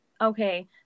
okay